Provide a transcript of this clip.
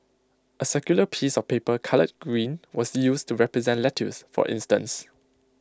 A circular piece of paper coloured green was used to represent lettuce for instance